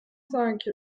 cinq